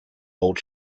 old